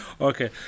Okay